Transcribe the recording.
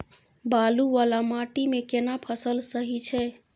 बालू वाला माटी मे केना फसल सही छै?